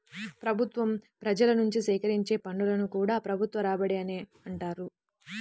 ప్రభుత్వం ప్రజల నుంచి సేకరించే పన్నులను కూడా ప్రభుత్వ రాబడి అనే అంటారు